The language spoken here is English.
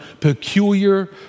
peculiar